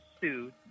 sued